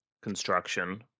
construction